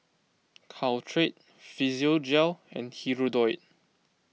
Caltrate Physiogel and Hirudoid